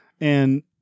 And-